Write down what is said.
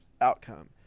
outcome